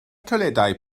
toiledau